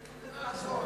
אמרת,